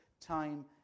time